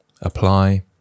apply